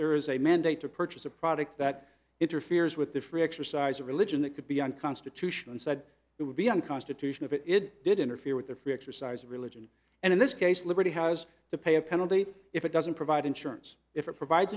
there is a mandate to purchase a product that interferes with the free exercise of religion it could be unconstitutional said it would be unconstitutional if it did interfere with the free exercise of religion and in this case liberty has to pay a penalty if it doesn't provide insurance if it provides